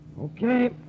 Okay